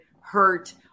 hurt